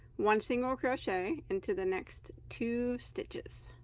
one single crochet into the next two stitches